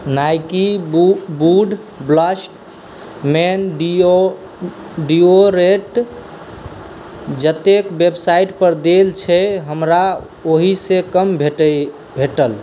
Nike बुक वुड ब्लास्टमैन डिओडोरेट जतेक वेबसाइटपर देल छै हमरा ओहिसँ कम भेटल